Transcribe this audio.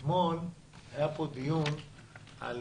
אופיר, אתמול היה פה דיון על